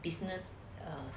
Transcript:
business